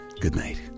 goodnight